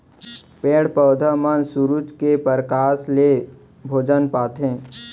पेड़ पउधा मन सुरूज के परकास ले भोजन पाथें